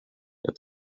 jag